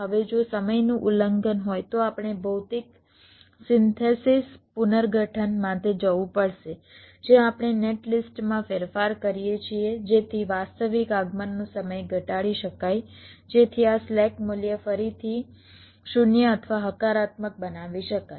હવે જો સમયનું ઉલ્લંઘન હોય તો આપણે ભૌતિક સિન્થેસિસ પુનર્ગઠન માટે જવું પડશે જ્યાં આપણે નેટલિસ્ટમાં ફેરફાર કરીએ છીએ જેથી વાસ્તવિક આગમનનો સમય ઘટાડી શકાય જેથી આ સ્લેક મૂલ્ય ફરીથી 0 અથવા હકારાત્મક બનાવી શકાય